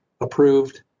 approved